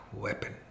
weapon